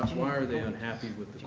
why are they unhappy with